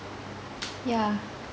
yeah